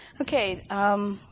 Okay